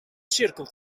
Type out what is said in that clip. cirkel